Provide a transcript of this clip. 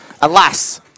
Alas